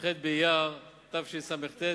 י"ח באייר התשס"ט,